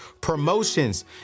promotions